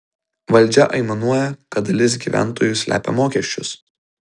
valdžia aimanuoja kad dalis gyventojų slepia mokesčius